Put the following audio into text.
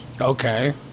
okay